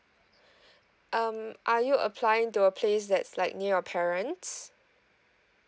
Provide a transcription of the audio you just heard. um are you applying to a place that's like near your parents